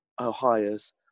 Ohio's